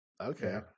Okay